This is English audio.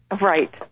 Right